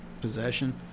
possession